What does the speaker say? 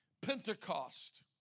Pentecost